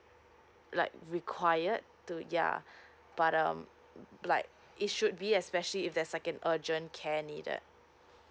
like required to ya but um like it should be especially if there's like an urgent care needed